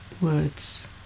words